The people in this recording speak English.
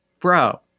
Bro